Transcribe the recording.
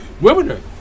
Women